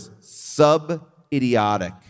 sub-idiotic